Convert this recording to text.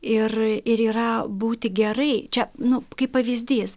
ir ir yra būti gerai čia nu kaip pavyzdys